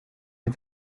ins